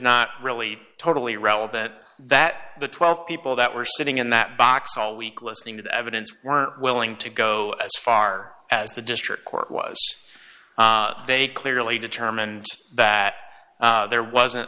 not really totally relevant that the twelve people that were sitting in that box all week listening to the evidence weren't willing to go as far as the district court was they clearly determined that there wasn't